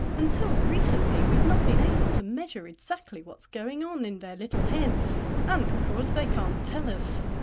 until recently we've not been able to measure exactly what's going on in their little heads, and of course they can't tell us.